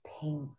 pink